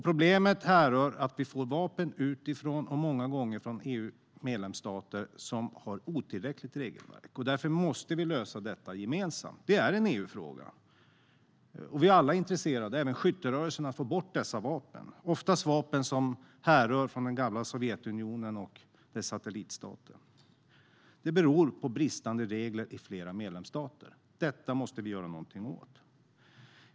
Problemen härrör från att vi får in vapen utifrån, många gånger från EU-medlemsstater som har otillräckliga regelverk, och därför måste vi lösa detta gemensamt. Det är en EU-fråga. Vi är alla, även skytterörelserna, intresserade av att få bort dessa vapen. Det är oftast vapen som härrör från gamla Sovjetunionen och dess satellitstater. Det beror på bristande regler i flera medlemsstater, och detta måste vi göra någonting åt.